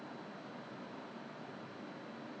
so usually even I send the boys to school after I come back hor